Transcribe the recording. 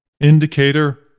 indicator